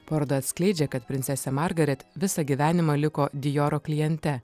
paroda atskleidžia kad princesė margaret visą gyvenimą liko dijoro kliente